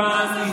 אבל הממשלה שכאן,